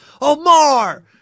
Omar